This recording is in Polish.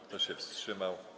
Kto się wstrzymał?